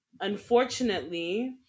unfortunately